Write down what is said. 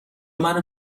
منو